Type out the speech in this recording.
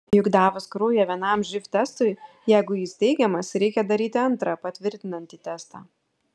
juk davus kraują vienam živ testui jeigu jis teigiamas reikia daryti antrą patvirtinantį testą